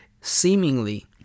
Seemingly